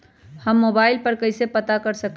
हम मोबाइल पर कईसे पता कर सकींले?